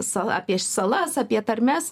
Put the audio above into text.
sal apie salas apie tarmes